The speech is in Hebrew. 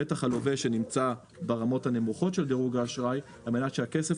בטח את הלווה שנמצא ברמות הנמוכות של דירוג האשראי על מנת שהכסף